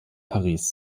paris